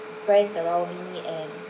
friends around me and